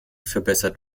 verbessert